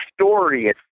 story